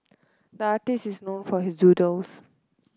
the artist is known for his doodles